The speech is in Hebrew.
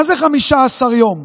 מה זה 15 יום?